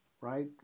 right